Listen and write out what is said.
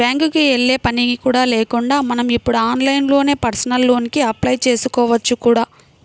బ్యాంకుకి వెళ్ళే పని కూడా లేకుండా మనం ఇప్పుడు ఆన్లైన్లోనే పర్సనల్ లోన్ కి అప్లై చేసుకోవచ్చు కూడా